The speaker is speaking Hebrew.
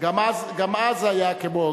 גם אז זה היה כמו,